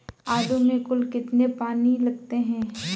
आलू में कुल कितने पानी लगते हैं?